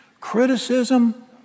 criticism